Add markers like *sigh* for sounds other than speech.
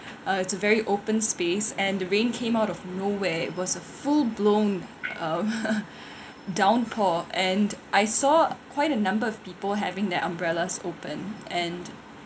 uh it's a very open space and rain came out of nowhere it was a full blown uh *laughs* downpour and I saw quite a number of people having their umbrellas open and